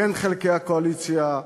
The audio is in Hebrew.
בין חלקי הקואליציה.